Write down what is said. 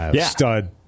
stud